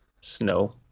snow